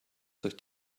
durch